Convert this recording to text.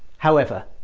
however,